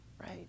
right